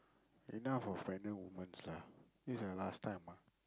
enough of pregnant women lah this the last time ah